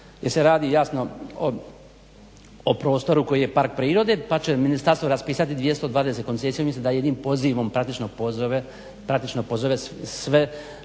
jer se radi jasno o prostoru koji je park prirode pa će ministarstvo raspisati 220 koncesija umjesto da jednim pozivom praktično pozove sve